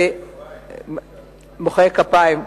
מוחאי הכפיים.